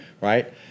right